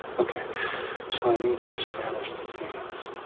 ok so i need to establish the scenes